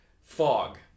fog